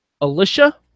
Alicia